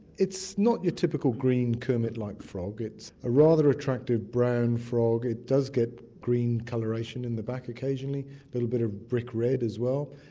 it's not your typical green kermit-like frog. it's a rather attractive brown frog. it does get green colouration in the back occasionally, a little bit of brick red as well,